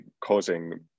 causing